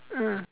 mm